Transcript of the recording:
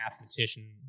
mathematician